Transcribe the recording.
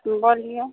बोलिऔ